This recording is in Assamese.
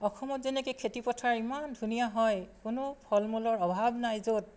অসমত যেনেকৈ খেতি পথাৰ ইমান ধুনীয়া হয় কোনো ফল মূলৰ অভাৱ নাই য'ত